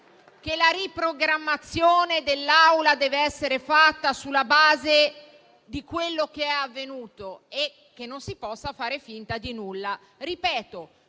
che la riprogrammazione dei lavori dell'Assemblea deve essere fatta sulla base di quello che è avvenuto e che non si possa fare finta di nulla.